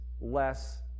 less